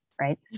right